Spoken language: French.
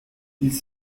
ils